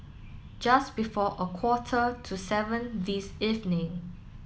just before a quarter to seven this evening